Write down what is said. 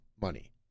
money